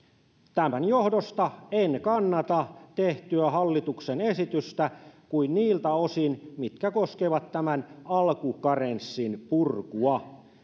tämän johdosta en kannata tehtyä hallituksen esitystä kuin niiltä osin mitkä koskevat tämän alkukarenssin purkua